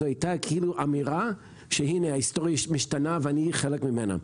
זו הייתה כאילו אמירה שהנה ההסטוריה משתנה ואני חלק ממנה.